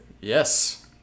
Yes